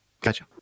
Gotcha